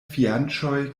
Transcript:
fianĉoj